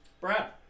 Brad